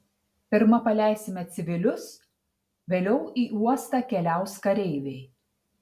pirma paleisime civilius vėliau į uostą keliaus kareiviai